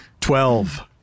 twelve